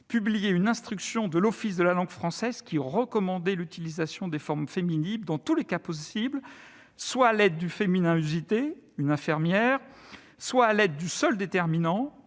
publiait une instruction de l'Office de la langue française qui recommandait l'utilisation des formes féminines dans tous les cas possibles, soit à l'aide du féminin usité- une infirmière -, soit à l'aide du seul déterminant-